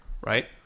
right